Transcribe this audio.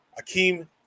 Akeem